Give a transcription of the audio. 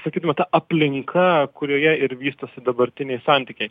sakydavo ta aplinka kurioje ir vystosi dabartiniai santykiai